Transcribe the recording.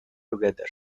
together